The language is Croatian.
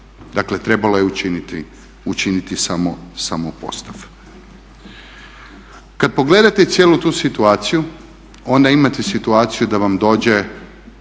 dakle trebalo je učiniti samo postav. Kad pogledate cijelu tu situaciju onda imate situaciju da vam dođe